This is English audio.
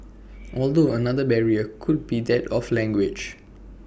although another barrier could be that of language